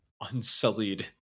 unsullied